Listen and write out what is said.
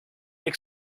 high